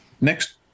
Next